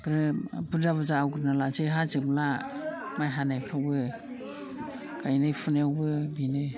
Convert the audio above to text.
ग्रोब बुरजा बुरजा आवग्रिना लानोसै हाजोबला माइ हानायखौबो गायनाय फुनायावबो बिनो